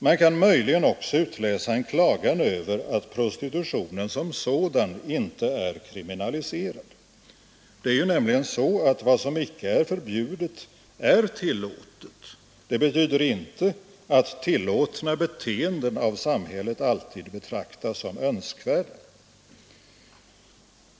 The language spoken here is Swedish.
Man kan möjligen också utläsa en klagan över att prostitutionen som sådan inte är kriminaliserad. Vad som icke är förbjudet är tillåtet. Det betyder inte att tillåtna beteenden av samhället alltid betraktas som önskvärda.